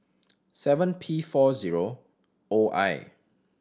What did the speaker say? seven P four zero O I